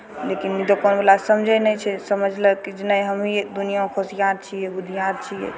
लेकिन ई दोकान बला समझै नहि छै समझलक जे नहि हमहीं दुनियाँके होशियार छियै बुधियार छियै